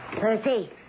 Percy